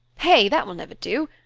hey! that will never do.